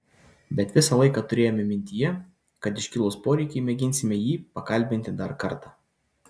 bet visą laiką turėjome mintyje kad iškilus poreikiui mėginsime jį pakalbinti dar kartą